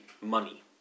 money